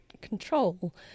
control